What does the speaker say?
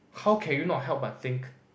how can you not help but think